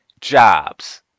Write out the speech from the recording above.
jobs